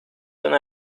una